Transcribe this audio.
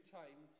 time